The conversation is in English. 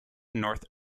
north